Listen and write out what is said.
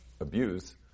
abuse